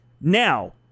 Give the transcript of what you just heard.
Now